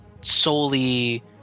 solely